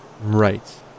Right